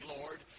Lord